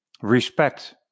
Respect